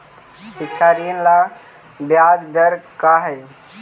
शिक्षा ऋण ला ब्याज दर का हई?